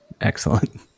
Excellent